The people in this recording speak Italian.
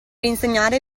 insegnare